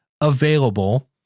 available